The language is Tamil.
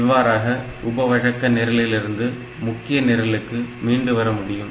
இவ்வாறாக உபவழக்க நிரலிலிருந்து முக்கிய நிரலுக்கு மீண்டு வர முடியும்